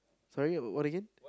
sorry what again